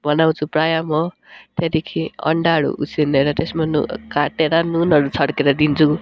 बनाउँछु प्राय म त्यहाँदेखि अन्डाहरू उसिनेर त्यसमा नू काटेर नुनहरू छर्केर दिन्छु